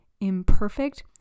imperfect